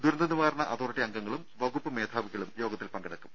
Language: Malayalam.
ദുരന്തനിവാരണ അതോറിറ്റി അംഗങ്ങളും വകുപ്പ് മേധാവികളും യോഗത്തിൽ പങ്കെടുക്കും